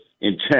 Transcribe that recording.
intent